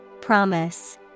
Promise